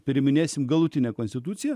priiminėsime galutinę konstituciją